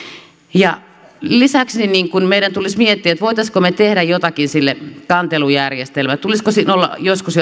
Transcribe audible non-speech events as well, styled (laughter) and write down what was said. lisäksi meidän tulisi miettiä voisimmeko me tehdä jotakin sille kantelujärjestelmälle tulisiko siinä olla joskus (unintelligible)